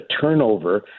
turnover